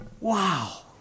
Wow